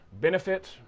benefit